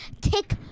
tick